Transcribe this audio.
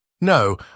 No